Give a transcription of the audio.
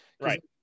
right